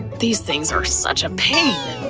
these things are such a pain.